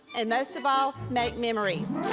and most of all, make memories.